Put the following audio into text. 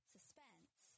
suspense